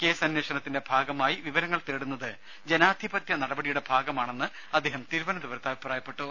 കേസന്വേഷണത്തിന്റെ ഭാഗമായി വിവരങ്ങൾ തേടുന്നത് ജനാധിപത്യ നടപടിയുടെ ഭാഗമാണെന്ന് അദ്ദേഹം തിരുവനന്തപുരത്ത് പറഞ്ഞു